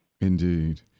Indeed